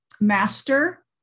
master